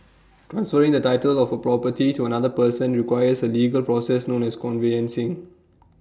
transferring the title of A property to another person requires A legal process known as conveyancing